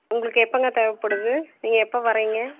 உங்களுக்கு எப்போங்க தேவைப்படுது நீங்கள் எப்போ வரீங்க